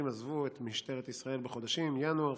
עזבו את משטרת ישראל בחודשים ינואר,